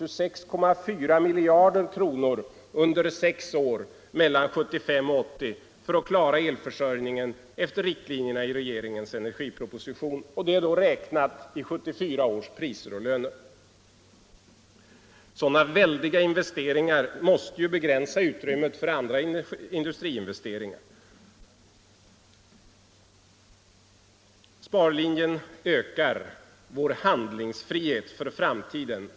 under sex år mellan 1975 och 1980 för att klara elförsörjningen efter riktlinjerna i regeringens energiproposition — räknat i 1974 års priser och löner. Sådana väldiga investeringar måste ju begränsa utrymmet för andra industriinvesteringar. Sparlinjen ökar vår handlingsfrihet för framtiden.